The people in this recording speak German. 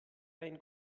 ein